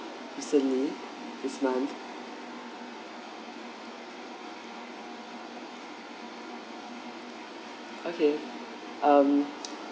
recently this month okay um